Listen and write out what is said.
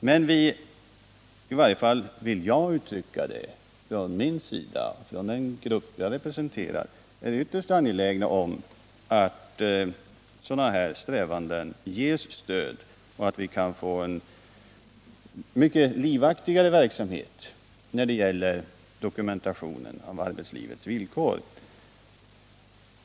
Men vi — i varje fall jag och den grupp jag representerar — är ytterst angelägna om att strävanden av detta slag ges stöd och att vi skall få en mycket livaktigare verksamhet när det gäller dokumentationen av arbetslivets villkor.